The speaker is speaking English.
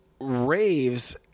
Raves